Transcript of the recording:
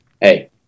hey